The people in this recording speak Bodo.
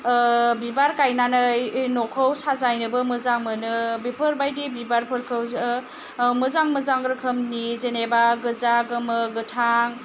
बिबार गायनानै न'खौ साजायनोबो मोजां मोनो बेफोरबायदि बिबारफोरखौ मोजां मोजां रोखोमनि जेनेबा गोजा गोमो गोथां